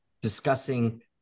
discussing